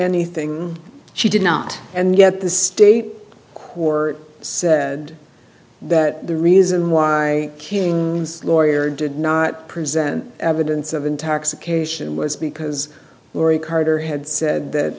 anything she did not and yet the state quare said that the reason why king lawyer did not present evidence of intoxication was because henri carter had said that